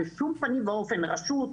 רשות,